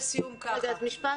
רגע, רק משפט.